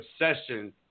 obsession